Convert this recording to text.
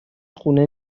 خونه